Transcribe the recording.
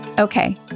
Okay